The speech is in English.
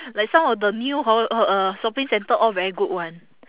like some of the new ho~ uh shopping center all very good [one]